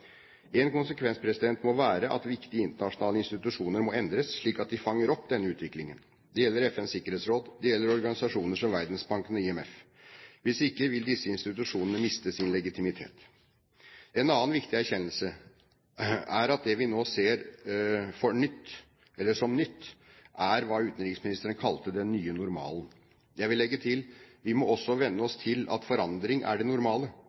En konsekvens må være at viktige internasjonale institusjoner må endres, slik at de fanger opp denne utviklingen. Det gjelder FNs sikkerhetsråd, det gjelder organisasjoner som Verdensbanken og IMF. Hvis ikke, vil disse institusjonene miste sin legitimitet. En annen viktig erkjennelse er at det vi nå ser som nytt, er hva utenriksministeren kalte «den nye normalen». Jeg vil legge til: Vi må også venne oss til at forandring er det normale,